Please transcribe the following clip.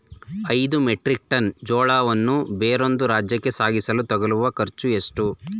ಐದು metric tonne ಜೋಳವನ್ನು ಬೇರೊಂದು ರಾಜ್ಯಕ್ಕೆ ಸಾಗಿಸಲು ತಗಲುವ ಖರ್ಚು ಎಷ್ಟು?